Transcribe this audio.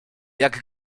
jak